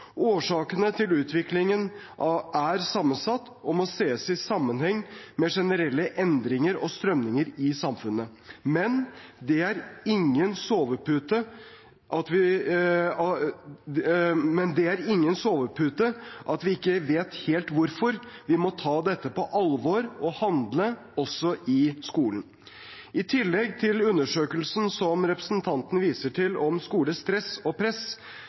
Årsakene til utviklingen er sammensatte og må ses i sammenheng med generelle endringer og strømninger i samfunnet. Men: Det er ingen sovepute at vi ikke helt vet hvorfor. Vi må ta dette på alvor og handle – også i skolen. I tillegg til undersøkelsen som representanten viser til om skolestress og press,